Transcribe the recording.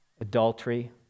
adultery